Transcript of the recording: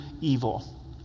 evil